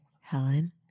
Helen